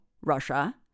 Russia